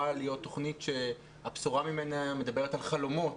להיות תוכנית שהבשורה ממנה מדברת על חלומות,